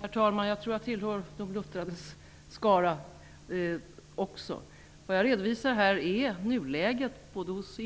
Herr talman! Jag tror att jag tillhör de luttrades skara. Vad jag redovisat här är nuläget hos